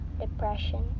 depression